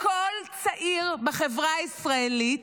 לכל צעיר בחברה הישראלית,